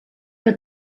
que